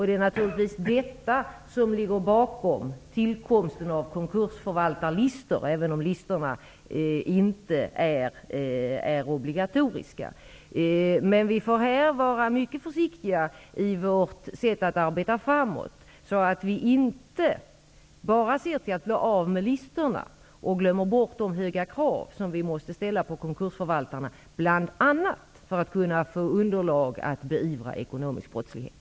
Det är naturligtvis detta som ligger bakom tillkomsten av konkursförvaltarlistorna, även om listorna inte är obligatoriska. Vi måste vara mycket försiktiga i vårt sätt att arbeta framåt så att vi inte bara ser till att bli av med listorna och glömmer bort de höga krav som vi måste ställa på konkursförvaltarna, bl.a. för att kunna få underlag för att beivra ekonomisk brottslighet.